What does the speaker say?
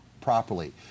properly